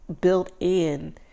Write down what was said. built-in